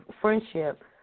friendship